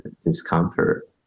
discomfort